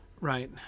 right